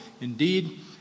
Indeed